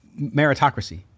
meritocracy